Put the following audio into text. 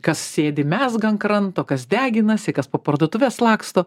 kas sėdi mezga ant kranto kas deginasi kas po parduotuves laksto